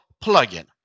plug-in